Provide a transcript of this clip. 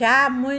हिकु